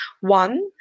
One